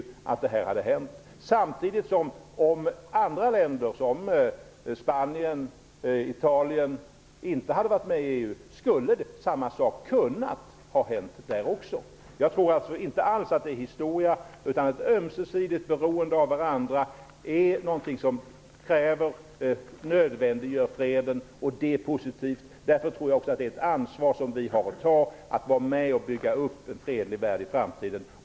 Samtidigt skulle samma sak kunnat hända i andra länder, som Spanien och Italien, om de inte hade varit med i EU. Jag tror alltså inte alls att fredstanken är historia, utan att ett ömsesidigt beroende av varandra är någonting som nödvändiggör freden. Det är positivt. Därför tror jag också att det är ett ansvar som vi har att ta: att vara med och bygga upp en fredlig värld i framtiden.